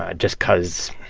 ah just because,